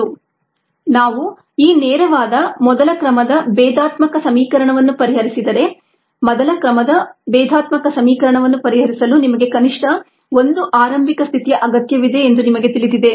dxdtμx ನಾವು ಈ ನೇರವಾದ ಮೊದಲ ಕ್ರಮದ ಭೇದಾತ್ಮಕ ಸಮೀಕರಣವನ್ನು ಪರಿಹರಿಸಿದರೆ ಮೊದಲ ಕ್ರಮದ ಭೇದಾತ್ಮಕ ಸಮೀಕರಣವನ್ನು ಪರಿಹರಿಸಲು ನಿಮಗೆ ಕನಿಷ್ಠ 1 ಆರಂಭಿಕ ಸ್ಥಿತಿಯ ಅಗತ್ಯವಿದೆ ಎಂದು ನಿಮಗೆ ತಿಳಿದಿದೆ